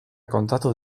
kontatu